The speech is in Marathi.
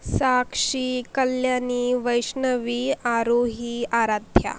साक्षी कल्याणी वैष्णवी आरोही आराध्या